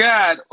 God